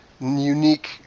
unique